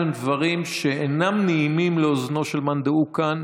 הם דברים שאינם נעימים לאוזנו של מאן דהוא כאן,